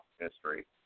history